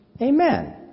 Amen